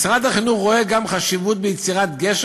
משרד החינוך רואה גם חשיבות ביצירת גשר,